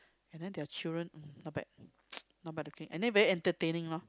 and then their children mm not bad not bad looking and then very entertaining loh